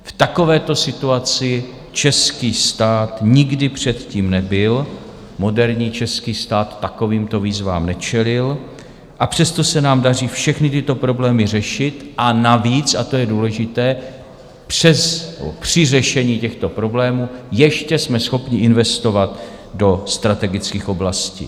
V takovéto situaci český stát nikdy předtím nebyl, moderní český stát takovýmto výzvám nečelil, a přesto se nám daří všechny tyto problémy řešit, a navíc a to je důležité při řešení těchto problémů ještě jsme schopni investovat do strategických oblastí.